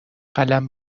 قلم